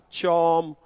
charm